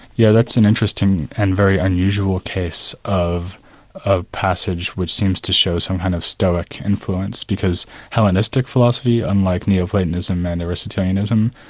yeah that's an interesting and very unusual case of a passage which seems to show some kind of stoic influence because hellenistic philosophy, unlike neo-platonism, and aristotleanism,